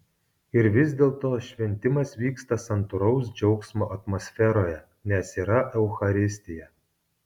ir vis dėlto šventimas vyksta santūraus džiaugsmo atmosferoje nes yra eucharistija